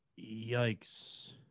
Yikes